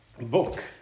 book